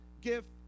gift